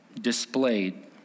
displayed